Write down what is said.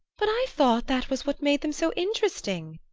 but i thought that was what made them so interesting!